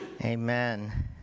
Amen